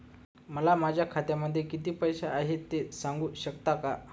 मला माझ्या खात्यामध्ये किती पैसे आहेत ते सांगू शकता का?